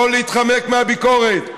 לא להתחמק מהביקורת,